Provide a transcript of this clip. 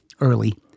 early